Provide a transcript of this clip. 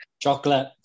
Chocolate